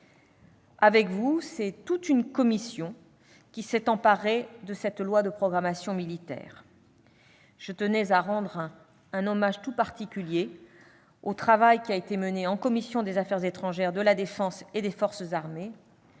Avec vous, c'est toute une commission qui s'est emparée de cette loi de programmation militaire. Je tenais à rendre un hommage tout particulier au travail mené en commission des affaires étrangères, de la défense et des forces armées,